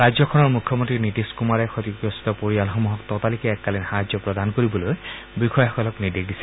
ৰাজ্যখনৰ মুখ্যমন্ত্ৰী নীতিশ কুমাৰে ক্ষতিগ্ৰস্ত পৰিয়ালসমূহক ততালিকে এককালিন সাহায্য প্ৰদান কৰিবলৈ বিষয়াসকলক নিৰ্দেশ দিছে